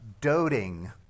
doting